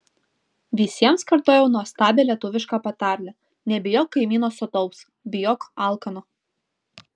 visiems kartojau nuostabią lietuvišką patarlę nebijok kaimyno sotaus bijok alkano